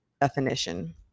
definition